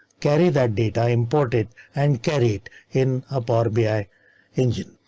carry that data imported and carry it in a barbie i engine.